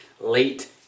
late